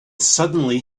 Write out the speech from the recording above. suddenly